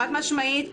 חד-משמעית.